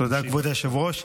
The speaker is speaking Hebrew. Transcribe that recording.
תודה רבה, אדוני היושב-ראש.